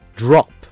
Drop